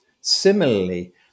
Similarly